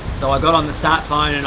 so i got on the sat phone, and